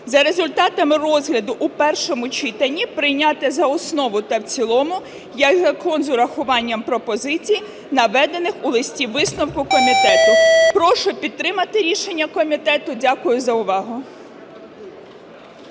за результатами розгляду у першому читання прийняти за основу та в цілому як закон з урахуванням пропозицій, наведених у листі-висновку комітету. Прошу підтримати рішення комітету. Дякую за увагу.